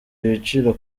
ibiciro